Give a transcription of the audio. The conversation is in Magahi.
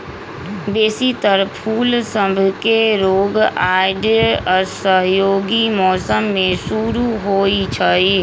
बेशी तर फूल सभके रोग आऽ असहयोगी मौसम में शुरू होइ छइ